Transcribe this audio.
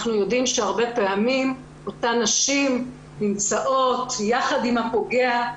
אנחנו יודעים שהרבה פעמים אותן נשים נמצאות יחד עם הפוגע.